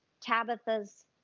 Tabitha's